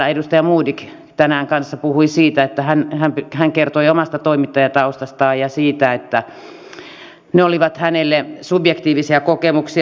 myös edustaja modig tänään kansa puhui siitä että hän on nyt hän kertoi omasta toimittajataustastaan ja siitä että ne olivat hänelle subjektiivisia kokemuksia